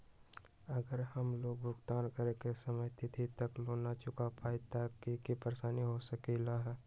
अगर हम लोन भुगतान करे के सिमित तिथि तक लोन न चुका पईली त की की परेशानी हो सकलई ह?